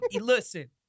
Listen